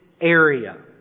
area